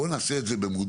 בואו נעשה את זה במודע,